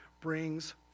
brings